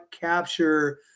capture